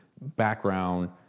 background